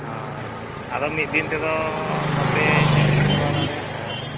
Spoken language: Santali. ᱦᱚᱭ ᱟᱫᱚ ᱢᱤᱫ ᱫᱤᱱᱛᱮᱫᱚ ᱵᱟᱯᱮ ᱧᱮᱞ ᱪᱟᱵᱟ ᱫᱟᱲᱮᱭᱟᱜᱼᱟ